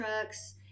trucks